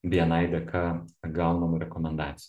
bni dėka gaunamų rekomendacijų